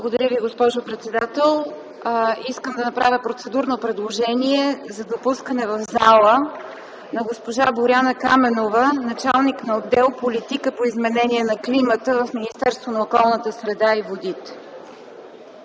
Благодаря Ви, госпожо председател. Искам да направя процедурно предложение за допускане в залата на госпожа Боряна Каменова – началник на отдел „Политика по изменение на климата” в Министерството на околната среда и водите.